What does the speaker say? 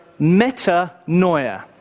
metanoia